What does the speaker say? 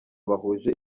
bahuje